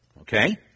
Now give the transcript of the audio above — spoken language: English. Okay